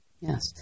Yes